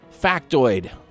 factoid